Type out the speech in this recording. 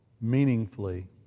meaningfully